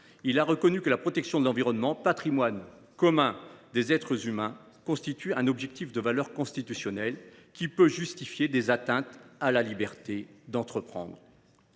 ainsi reconnu que « la protection de l’environnement, patrimoine commun des êtres humains, constitue un objectif de valeur constitutionnelle » pouvant justifier des atteintes à la liberté d’entreprendre.